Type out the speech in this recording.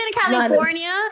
California